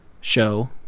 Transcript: show